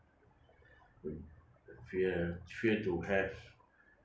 we have fear to have